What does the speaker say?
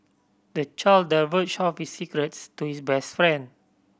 the child divulged all his secrets to his best friend